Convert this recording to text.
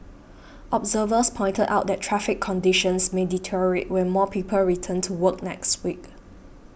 observers pointed out that traffic conditions may deteriorate when more people return to work next week